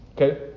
Okay